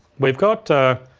we've got